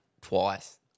twice